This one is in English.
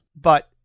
But-